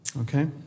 Okay